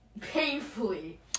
Painfully